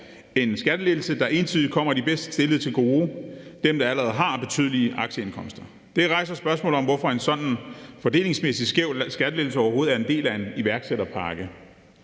en skattelettelse, der entydigt kommer de bedst stillede til gode – dem, der allerede har betydelige aktieindkomster. Det rejser spørgsmålet om, hvorfor en sådan fordelingsmæssigt skæv skattelettelse overhovedet er en del af en iværksætterpakke.